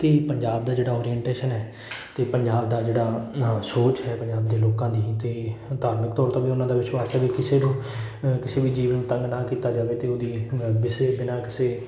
ਅਤੇ ਪੰਜਾਬ ਦਾ ਜਿਹੜਾ ਓਰੀਐਨਟੇਸ਼ਨ ਹੈ ਅਤੇ ਪੰਜਾਬ ਦਾ ਜਿਹੜਾ ਸੋਚ ਹੈ ਪੰਜਾਬ ਦੇ ਲੋਕਾਂ ਦੀ ਅਤੇ ਧਾਰਮਿਕ ਤੌਰ 'ਤੇ ਵੀ ਉਹਨਾਂ ਦਾ ਵਿਸ਼ਵਾਸ ਹੈ ਵੀ ਕਿਸੇ ਨੂੰ ਕਿਸੇ ਵੀ ਜੀਵ ਨੂੰ ਤੰਗ ਨਾ ਕੀਤਾ ਜਾਵੇ ਅਤੇ ਉਹਦੀ ਵਿਸੇ ਬਿਨਾਂ ਕਿਸੇ